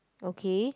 okay